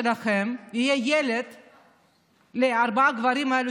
לקדם חיבורים,